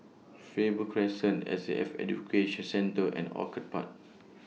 Faber Crescent S A F Education Centre and Orchid Park